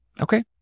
Okay